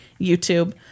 YouTube